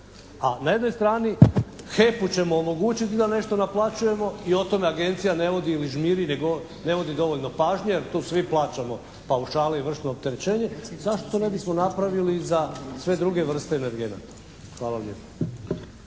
A na jednoj strani HEP-u ćemo omogućiti da nešto naplaćujemo i o tome Agencija ne vodi ili žmiri, ili ne vodi dovoljno pažnje jer tu svi plaćamo paušale i vršno opterećenje. Zašto to ne bismo napravili za sve druge vrste energenata? Hvala lijepa.